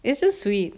it's just sweet